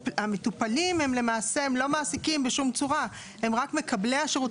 והמטופלים הם לא מעסיקים בשום צורה; הם רק מקבלי השירות,